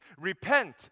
repent